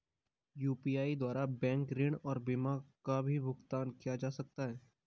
UPI द्वारा bank ऋण और बीमा का भी भुगतान किया जा सकता है?